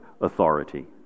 authority